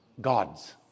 God's